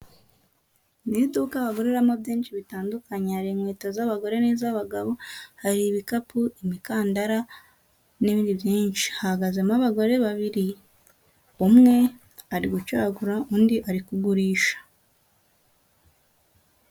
Ni iduka waguriramo byinshi bitandukanye. Hari inkweto z'abagore n'iz'abagabo, hari ibikapu, imikandara n'ibindi byinshi. Hahagazemo abagore babiri, umwe ari gucagura, undi ari kugurisha.